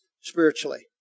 spiritually